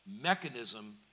mechanism